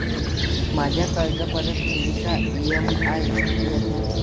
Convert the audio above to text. माझ्या कर्जपरतफेडीचा इ.एम.आय किती असेल?